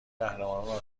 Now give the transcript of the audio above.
قهرمانان